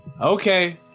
okay